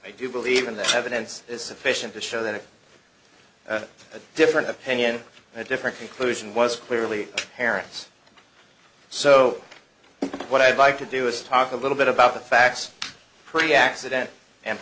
you believe in the evidence is sufficient to show that it a different opinion from a different conclusion was clearly parents so what i'd like to do is talk a little bit about the facts pretty accidental and